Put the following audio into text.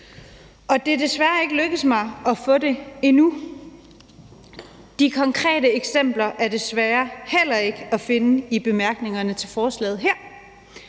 Det er desværre ikke lykkes mig at få det endnu. De konkrete eksempler er desværre heller ikke at finde i bemærkningerne til forslaget her.